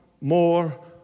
more